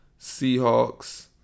Seahawks